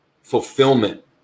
fulfillment